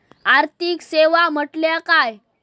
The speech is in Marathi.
आर्थिक सेवा म्हटल्या काय?